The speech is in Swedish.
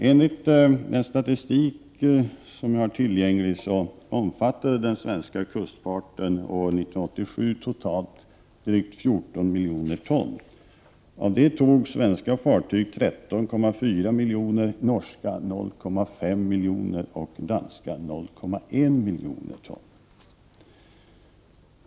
Enligt den statistik som jag har tillgänglig omfattade den svenska kustfarten 1987 totalt drygt 14 miljoner ton. Av detta tog svenska fartyg 13,4 miljoner ton, norska fartyg 0,5 miljoner ton och danska fartyg 0,1 miljoner ton.